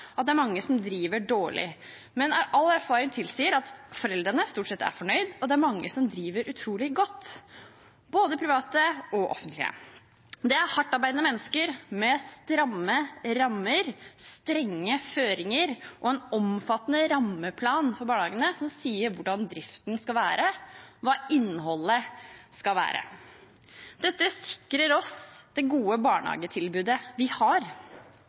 at det er mange som driver dårlig. Men all erfaring tilsier at foreldrene stort sett er fornøyd, og det er mange som driver utrolig godt, både private og offentlige. Det er hardtarbeidende mennesker med stramme rammer og strenge føringer, og en omfattende rammeplan for barnehagene som sier hvordan driften skal være, hva innholdet skal være. Dette sikrer oss det gode barnehagetilbudet vi har.